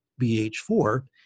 BH4